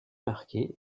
marqué